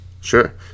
Sure